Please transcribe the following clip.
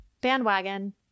bandwagon